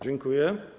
Dziękuję.